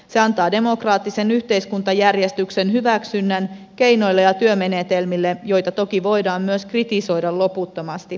se antaa demokraattisen yhteiskuntajärjestyksen hyväksynnän keinoille ja työmenetelmille joita toki voidaan myös kritisoida loputtomasti